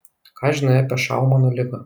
ką žinai apie šaumano ligą